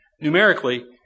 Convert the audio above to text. numerically